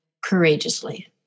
courageously